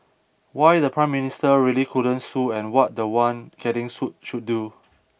why the prime minister really couldn't sue and what the one getting sued should do